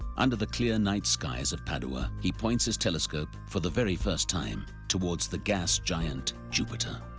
under the clear night skies of padua, he points his telescope for the very first time towards the gas giant, jupiter.